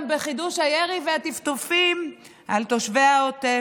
גם בחידוש הירי והטפטופים על תושבי העוטף.